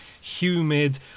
humid